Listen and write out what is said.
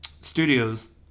Studios